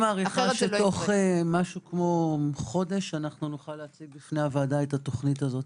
אני מעריכה שתוך כחודש נוכל להציג בפני הוועדה את התוכנית הזו.